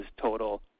total